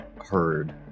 heard